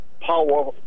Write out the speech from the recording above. power